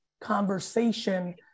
conversation